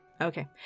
Okay